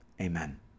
Amen